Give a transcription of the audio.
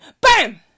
BAM